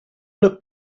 looked